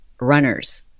runners